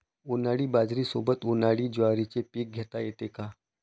उन्हाळी बाजरीसोबत, उन्हाळी ज्वारीचे पीक घेता येते का?